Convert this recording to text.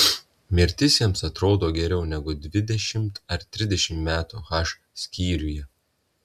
mirtis jiems atrodo geriau negu dvidešimt ar trisdešimt metų h skyriuje